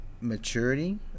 maturity